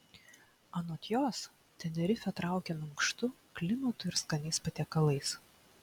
anot jos tenerifė traukia minkštu klimatu ir skaniais patiekalais